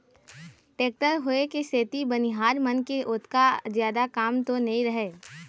tractor होय के सेती बनिहार मन के ओतका जादा काम तो नइ रहय